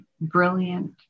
brilliant